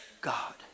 God